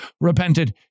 repented